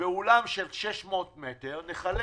באולם של 600 מטר, נחלק